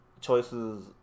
Choices